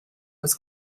was